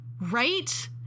Right